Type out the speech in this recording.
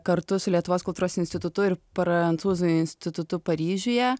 kartu su lietuvos kultūros institutu ir prancūzų institutu paryžiuje